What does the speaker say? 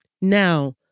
Now